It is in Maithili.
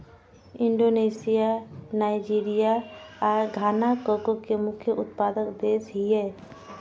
इंडोनेशिया, नाइजीरिया आ घाना कोको के मुख्य उत्पादक देश छियै